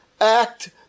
act